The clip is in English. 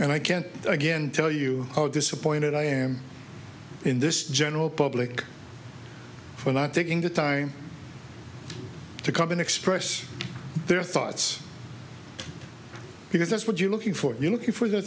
and i can't again tell you how disappointed i am in this general public for not taking the time to come and express their thoughts because that's what you're looking for you're looking for